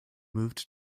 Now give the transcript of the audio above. moved